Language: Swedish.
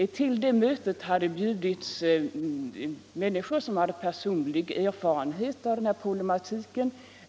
Till detta möte hade inbjudits människor som hade personlig erfarenhet av denna problematik.